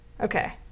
Okay